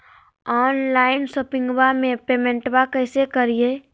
Online शोपिंगबा में पेमेंटबा कैसे करिए?